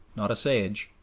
not assuage,